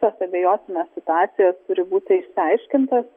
visas abejotinas situacijas turi būti išsiaiškintas